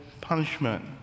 punishment